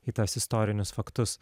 į tuos istorinius faktus